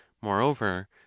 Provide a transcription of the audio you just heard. moreover